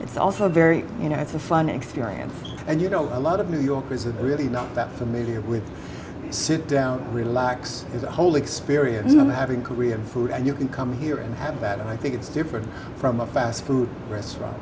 it's also a very you know it's a fun experience and you know a lot of new yorkers are really not that familiar with sit down relax is the whole experience i'm having korean food and you can come here and have that i think it's different from a fast food restaurant